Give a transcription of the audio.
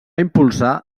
impulsar